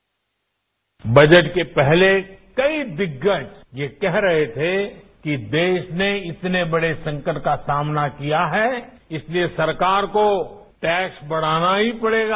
bite budget के पहले कई दिग्गज ये कह रहे थे कि देश ने इतने बड़े संकट का सामना किया है इसलिए सरकार को टैक्स बढ़ाना ही पड़ेगा